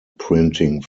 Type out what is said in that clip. printing